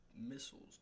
Missiles